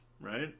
right